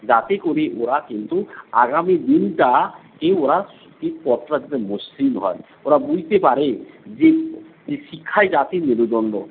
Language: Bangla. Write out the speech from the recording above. যাতে করে ওরা কিন্তু আগামী দিনটাকে ওরা সঠিক পথটা যাতে মসৃণ হয় ওরা বুঝতে পারে যে যে জাতির মেরুদণ্ড